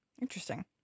Interesting